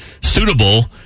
suitable